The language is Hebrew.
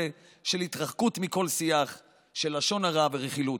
של התרחקות מכל שיח של לשון הרע ורכילות.